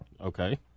Okay